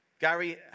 Gary